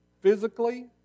physically